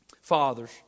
Fathers